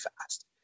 fast